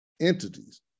entities